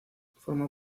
formó